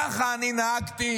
ככה אני נהגתי,